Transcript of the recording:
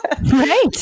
right